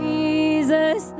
Jesus